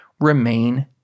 remain